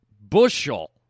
bushel